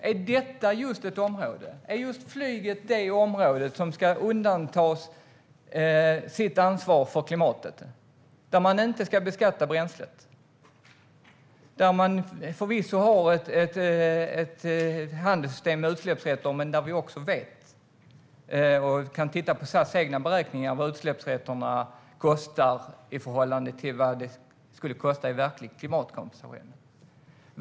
Är flyget det område som ska undantas från att ta sitt ansvar för klimatet? Man ska inte beskatta bränslet. Förvisso finns det ett handelssystem med utsläppsrätter. Vi kan se på SAS egna beräkningar av vad utsläppsrätterna kostar i förhållande till kostnaden för verklig klimatkompensation.